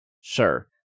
sure